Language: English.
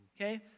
Okay